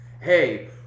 Hey